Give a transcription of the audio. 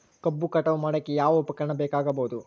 ಕಬ್ಬು ಕಟಾವು ಮಾಡೋಕೆ ಯಾವ ಉಪಕರಣ ಬೇಕಾಗಬಹುದು?